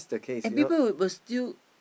and people will will still